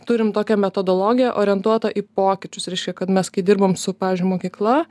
turim tokią metodologiją orientuotą į pokyčius reiškia kad mes kai dirbam su pavyzdžiui mokykla